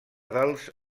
dels